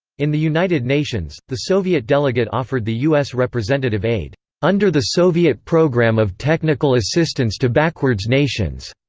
in the united nations, the soviet delegate offered the us representative aid under the soviet program of technical assistance to backwards nations.